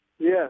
Yes